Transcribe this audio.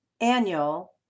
annual